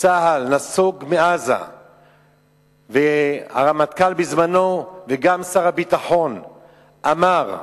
צה"ל נסוג מעזה והרמטכ"ל בזמנו וגם שר הביטחון אמרו: